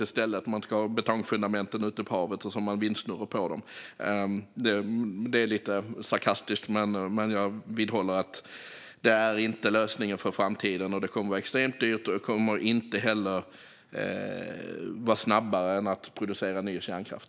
Där ska det stå betongfundament med vindsnurror på. Nu är jag lite sarkastisk, men jag vidhåller att det inte är lösningen för framtiden. Det blir extremt dyrt och kommer inte att gå snabbare än att producera ny kärnkraft.